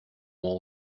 all